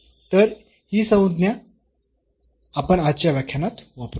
तर ही संज्ञा आपण आजच्या व्याख्यानात वापरू